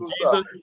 Jesus